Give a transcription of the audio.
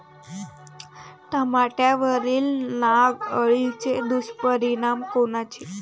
टमाट्यावरील नाग अळीचे दुष्परिणाम कोनचे?